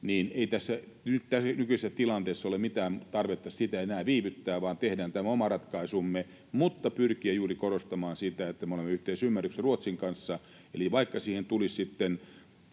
niin ei tässä nykyisessä tilanteessa ole mitään tarvetta sitä enää viivyttää, vaan tehdään tämä oma ratkaisumme, mutta pyrkien juuri korostamaan sitä, että me olemme yhteisymmärryksessä Ruotsin kanssa. Eli vaikka ulkoisista